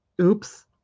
oops